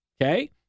okay